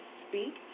speak